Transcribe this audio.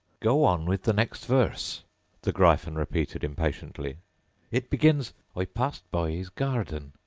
go on with the next verse the gryphon repeated impatiently it begins i passed by his garden.